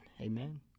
Amen